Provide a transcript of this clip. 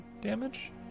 damage